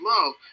love